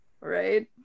right